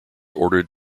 ordered